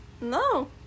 No